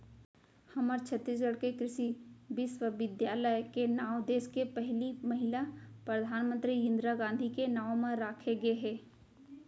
हमर छत्तीसगढ़ के कृषि बिस्वबिद्यालय के नांव देस के पहिली महिला परधानमंतरी इंदिरा गांधी के नांव म राखे गे हे